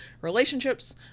relationships